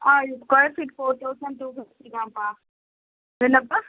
ஆ square feet four thousand two fifty தான்ப்பா என்னப்பா